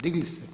Digli ste.